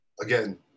again